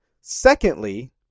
secondly